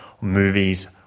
movies